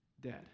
dead